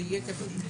זה יהיה כתוב?